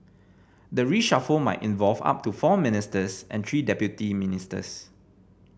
the reshuffle might involve up to four ministers and three deputy ministers